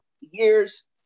years